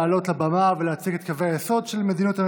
לעלות לבמה ולהציג את קווי היסוד של מדיניות הממשלה,